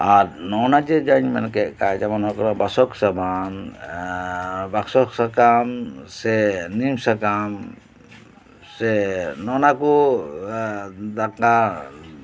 ᱟᱨ ᱱᱚᱜᱱᱟ ᱡᱮ ᱡᱟᱧ ᱢᱮᱱ ᱠᱮᱫ ᱡᱮᱢᱚᱱ ᱦᱩᱭᱩᱜ ᱠᱟᱱᱟ ᱵᱟᱥᱚᱛᱚᱫ ᱥᱟᱵᱟᱱ ᱵᱟᱥᱚᱫ ᱥᱟᱠᱟᱢ ᱥᱮ ᱱᱤᱢ ᱥᱟᱠᱟᱢ ᱥᱮ ᱱᱚᱜᱱᱟ ᱠᱚ ᱫᱟᱠᱟ